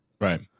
Right